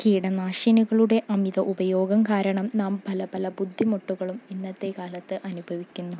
കീടനാശിനികളുടെ അമിത ഉപയോഗം കാരണം നാം പല പല ബുദ്ധിമുട്ടുകളും ഇന്നത്തെ കാലത്ത് അനുഭവിക്കുന്നു